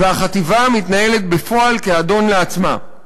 והחטיבה מתנהלת בפועל כאדון לעצמה".